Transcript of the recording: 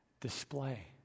display